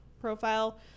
profile